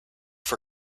for